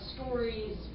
stories